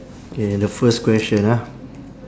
okay the first question ah